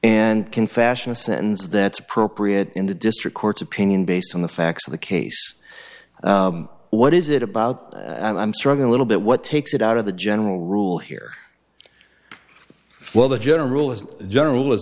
and can fashion a sentence that's appropriate in the district court's opinion based on the facts of the case what is it about and i'm struggling a little bit what takes it out of the general rule here well the general rule is general is